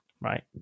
right